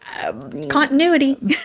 Continuity